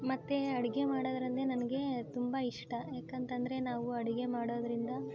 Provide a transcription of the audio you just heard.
ಮತ್ತು ಅಡುಗೆ ಮಾಡದಂದ್ರೆ ನನಗೆ ತುಂಬ ಇಷ್ಟ ಯಾಕಂತ ಅಂದರೆ ನಾವು ಅಡುಗೆ ಮಾಡೋದರಿಂದ